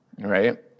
right